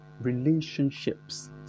relationships